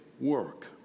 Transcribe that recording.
work